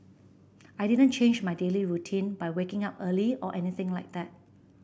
I didn't change my daily routine by waking up early or anything like that